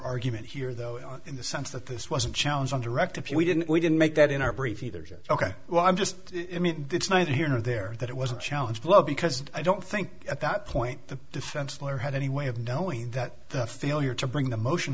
argument here though in the sense that this wasn't challenged on direct appeal we didn't we didn't make that in our brief either jeff ok well i'm just i mean it's neither here nor there that it was a challenge well because i don't think at that point the defense lawyer had any way of knowing that the failure to bring the motion